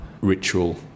ritual